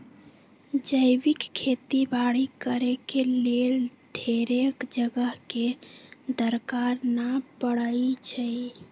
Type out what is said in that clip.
जैविक खेती बाड़ी करेके लेल ढेरेक जगह के दरकार न पड़इ छइ